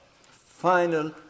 final